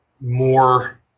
more